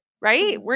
right